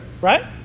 Right